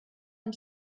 amb